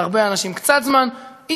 ועל הרבה אנשים קצת זמן,